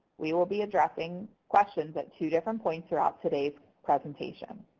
we will be addressing questions at two different points throughout today's presentation.